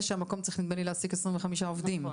ושמקום העבודה צריך להעסיק נדמה לי 25 עובדים ומעלה.